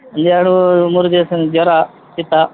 ಒಂದು ಎರಡು ಮೂರು ದಿವ್ಸಿಂದ ಜ್ವರ ಶೀತ